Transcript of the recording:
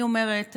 אני אומרת,